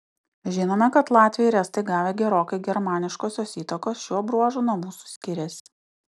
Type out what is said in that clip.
žinome kad latviai ir estai gavę gerokai germaniškosios įtakos šiuo bruožu nuo mūsų skiriasi